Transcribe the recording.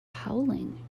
howling